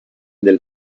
del